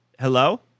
Hello